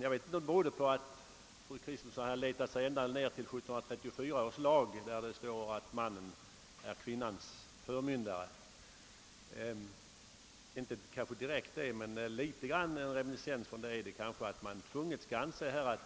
Jag vet inte om det berodde på att hon hade letat sig ända ned till 1734 års lag, i vilken det ju står att mannen är kvinnans förmyndare; litet grand av en reminiscens av detta är det kanske att man nödvändigt skall anse, att